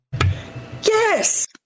Yes